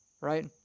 right